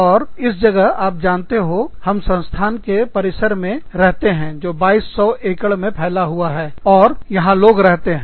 और इस जगह आप जानते हो हम संस्थान के परिसर कैंपस में रहते हैं जो 2200 एकड़ में फैला हुआ है और यहां लोग रहते हैं